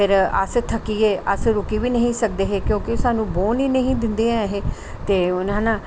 फिर अस थक्की गे अस रुके बी नेई हे सकदे हे क्योंकि स्हनू बौहन ही नेईं ही दिंदे हे ते उनें आक्खना